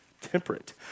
temperate